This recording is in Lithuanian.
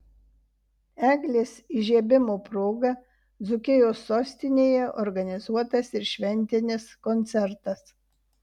eglės įžiebimo proga dzūkijos sostinėje organizuotas ir šventinis koncertas